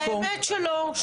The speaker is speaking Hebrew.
האמת שלא,